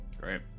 great